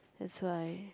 that's why